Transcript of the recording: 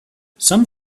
some